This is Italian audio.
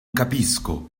capisco